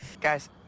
Guys